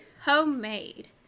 Homemade